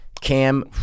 cam